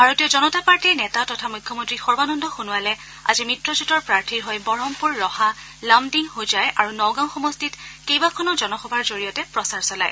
ভাৰতীয় জনতা পাৰ্টীৰ নেতা তথা মুখ্যমন্ত্ৰী সৰ্বানন্দ সোণোৱালে আজি মিত্ৰজোঁটৰ প্ৰাৰ্থীৰ হৈ বঢ়মপুৰ ৰহা লামডিং হোজাই আৰু নগাঁও সমষ্টিত কেইবাখনো জনসভাৰ জৰিয়তে প্ৰচাৰ চলায়